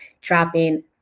dropping